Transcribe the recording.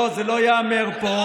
לא, זה לא ייאמר פה.